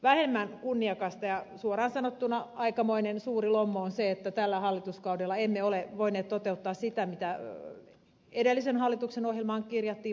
vähemmän kunniakasta ja suoraan sanottuna aikamoinen suuri lommo on se että tällä hallituskaudella emme ole voineet toteuttaa sitä mitä edellisen hallituksen vanhasen kakkoshallituksen ohjelmaan kirjattiin